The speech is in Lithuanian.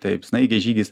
taip snaigės žygis